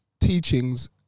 teachings